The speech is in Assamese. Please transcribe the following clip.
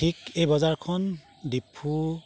ঠিক এই বজাৰখন ডিফু